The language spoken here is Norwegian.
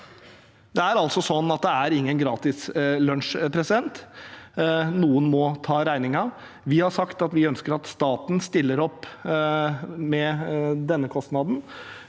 Det er altså sånn at det er ingen gratis lunsj – noen må ta regningen. Vi har sagt at vi ønsker at staten stiller opp med denne kostnaden